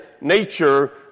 nature